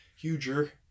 huger